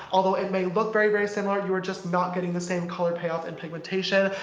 although it may look very very similar, you are just not getting the same color payoff and pigmentation,